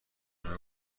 جمعه